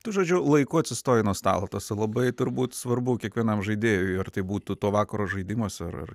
tu žodžiu laiku atsistojai nuo stalo tas yra labai turbūt svarbu kiekvienam žaidėjui ar tai būtų to vakaro žaidimas ar ar